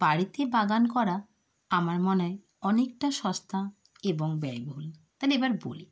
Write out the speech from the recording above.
বাড়িতে বাগান করা আমার মনে হয় অনেকটা সস্তা এবং ব্যয়বহুল তাহলে এবার বলি